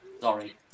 Sorry